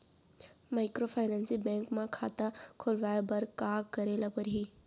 Microfinance bank म खाता खोलवाय बर का करे ल परही?